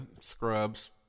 Scrubs